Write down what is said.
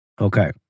Okay